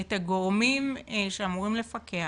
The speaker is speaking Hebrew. את הגורמים שאמורים לפקח